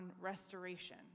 restoration